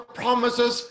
promises